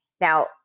Now